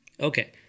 Okay